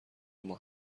اما